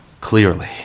Clearly